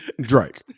Drake